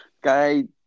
Guy